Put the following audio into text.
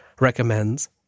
recommends